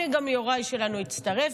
הינה גם יוראי שלנו גם הצטרף.